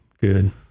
good